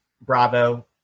Bravo